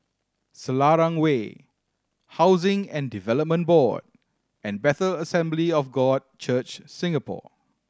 Selarang Way Housing and Development Board and Bethel Assembly of God Church Singapore